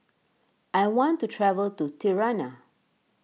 I want to travel to Tirana